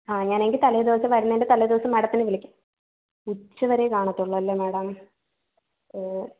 ആ ഞാൻ എങ്കിൽ തലേ ദിവസം വരുന്നതിൻ്റെ തലേ ദിവസം മാഡത്തിന്നെ വിളിക്കാം ഉച്ചവരെ കാണുകയുള്ളൂ അല്ലേ മാഡം ഓ